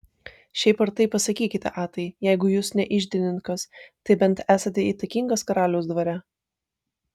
šiaip ar taip pasakykite atai jeigu jūs ne iždininkas tai bent esate įtakingas karaliaus dvare